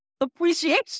appreciation